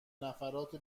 نفرات